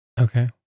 Okay